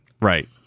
Right